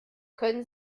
können